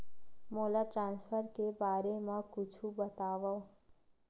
मोला ट्रान्सफर के बारे मा कुछु बतावव?